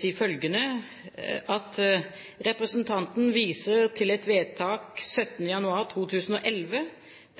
si følgende: Representanten viser til et vedtak 17. januar 2011